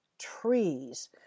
trees